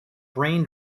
brain